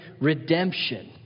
redemption